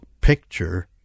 picture